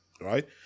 Right